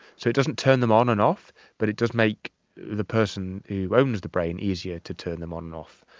so it doesn't turn them on and off but it does make the person who owns the brain easier to turn them on and off.